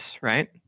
right